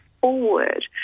forward